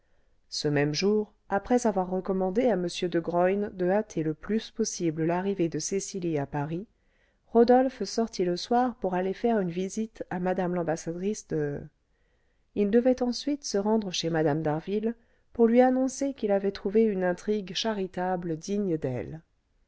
ce même jour après avoir recommandé à m de graün de hâter le plus possible l'arrivée de cecily à paris rodolphe sortit le soir pour aller faire une visite à mme l'ambassadrice de il devait ensuite se rendre chez mme d'harville pour lui annoncer qu'il avait trouvé une intrigue charitable digne d'elle